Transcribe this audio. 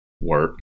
Work